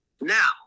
Now